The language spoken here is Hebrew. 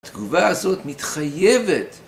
התגובה הזאת מתחייבת!